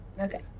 okay